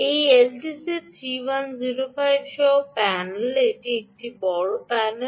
এই এলটিসি 3105 সহ প্যানেল এটি একটি বড় প্যানেল